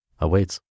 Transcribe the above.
awaits